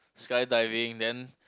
sky diving then